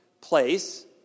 place